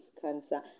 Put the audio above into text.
cancer